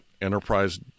enterprise